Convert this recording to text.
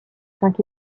cinq